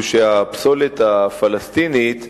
הוא שהפסולת הפלסטינית,